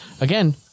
again